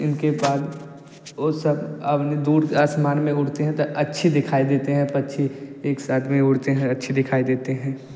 इनके पास वह सब अब दूर आसमान में उड़ते हैं तो अच्छे दिखाई देते हैं पक्षी एक साथ में उड़ते हैं अच्छी दिखाई देते हैं